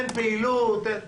אין פעילות,